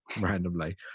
randomly